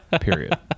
period